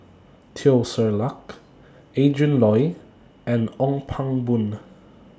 Teo Ser Luck Adrin Loi and Ong Pang Boon